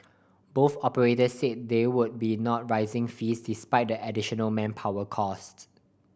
both operators said they would be not raising fees despite the additional manpower cost